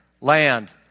Land